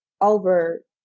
over